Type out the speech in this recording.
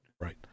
Right